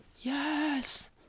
Yes